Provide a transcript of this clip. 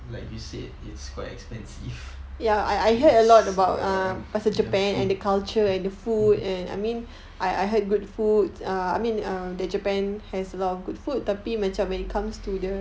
like you said it's quite expensive it's uh the food